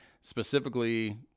specifically